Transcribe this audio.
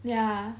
ya